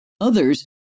others